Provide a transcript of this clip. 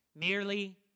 Merely